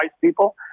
people